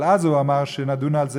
אבל אז הוא אמר שנדון על זה,